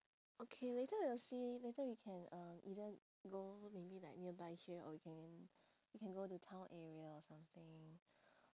okay later we'll see later we can uh either go maybe like nearby here or we can we can go to town area or something